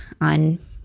on